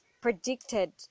predicted